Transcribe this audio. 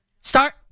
start